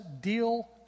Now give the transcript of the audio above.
deal